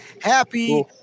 Happy